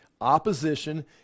opposition